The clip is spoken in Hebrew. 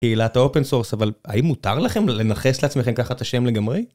קהילת האופן סורס, אבל האם מותר לכם לנכס לעצמכם ככה את השם לגמרי?